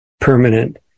permanent